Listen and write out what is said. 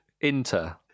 Inter